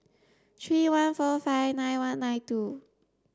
three one four five nine one nine two